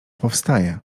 powstaje